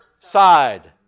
side